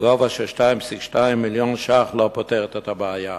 בגובה של 2.2 מיליוני שקלים, לא פותרת את הבעיה.